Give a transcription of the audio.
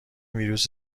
ویروس